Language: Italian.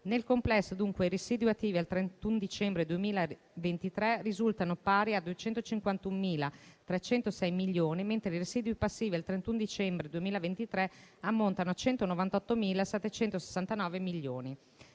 Nel complesso, dunque, i residui attivi al 31 dicembre 2023 risultano pari a 251.306 milioni, mentre i residui passivi al 31 dicembre 2023 ammontano a 198.769 milioni.